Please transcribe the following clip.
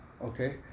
Okay